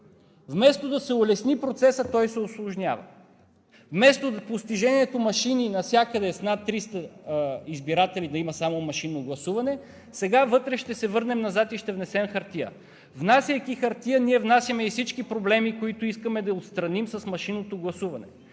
Вместо да се улесни процесът, той се усложнява. Вместо постижението навсякъде с над 300 избиратели да има само машинно гласуване, сега ще се върнем назад и ще внесем хартия. Внасяйки хартия, ние внасяме и всички проблеми, които искаме да отстраним с машинното гласуване.